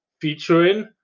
featuring